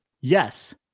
yes